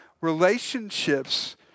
relationships